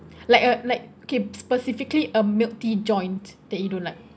like a like okay specifically a milk tea joint that you don't like